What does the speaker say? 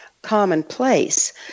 commonplace